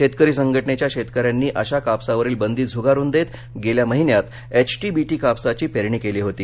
शेतकरी संघटनेच्या शेतकऱ्यांनी अशा कापसावरील बंदी झुगारून देत गेल्या महिन्यात एचटीबीटी कापसाची पेरणी केली होती